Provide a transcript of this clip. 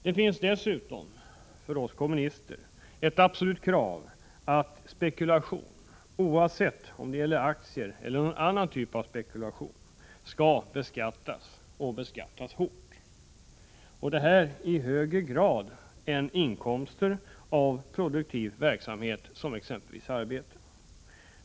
Det är dessutom från oss kommunister ett absolut krav att spekulation, oavsett om det gäller spekulation i aktier eller någon annan typ av spekulation, skall beskattas hårt, i högre grad än i fråga om inkomster av produktiv verksamhet, exempelvis arbete.